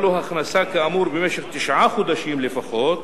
לו הכנסה כאמור במשך תשעה חודשים לפחות